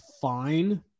fine